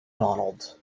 donald